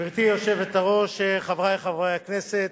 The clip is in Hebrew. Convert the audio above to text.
גברתי היושבת-ראש, חברי חברי הכנסת,